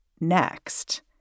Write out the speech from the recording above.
next